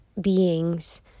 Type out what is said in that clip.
beings